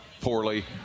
poorly